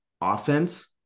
offense